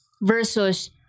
versus